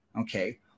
okay